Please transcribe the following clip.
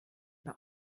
bei